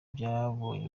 byabonye